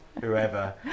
whoever